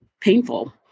painful